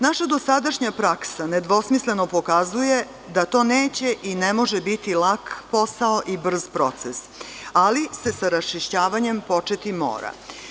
Naša dosadašnja praksa nedvosmisleno pokazuje da to neće i ne može biti lak posao i brz proces, ali se sa raščišćavanjem početi mora.